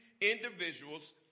individuals